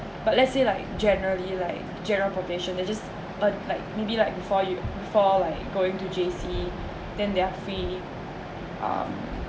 but let's say like generally like general probation it's just burn like maybe like before you before like going to J_C then they are free um